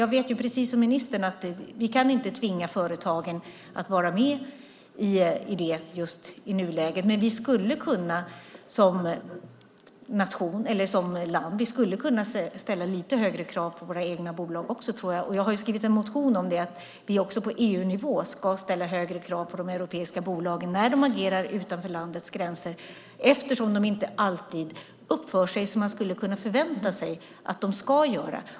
Jag vet, precis som ministern, att vi inte kan tvinga företagen att vara med i detta i nuläget, men som land skulle vi kunna ställa lite högre krav på våra egna bolag. Jag har skrivit en motion om att vi också på EU-nivå ska ställa högre krav på de europeiska bolagen när de agerar utanför landets gränser eftersom de inte alltid uppför sig som man skulle kunna förvänta sig att de ska göra.